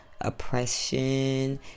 oppression